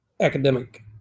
academic